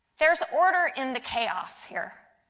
there is order in the chaos here.